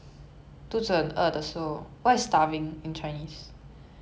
我要杀了你